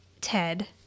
Ted